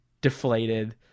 deflated